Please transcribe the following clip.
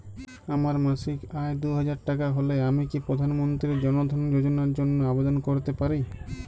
আমার মাসিক আয় দুহাজার টাকা হলে আমি কি প্রধান মন্ত্রী জন ধন যোজনার জন্য আবেদন করতে পারি?